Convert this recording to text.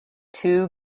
too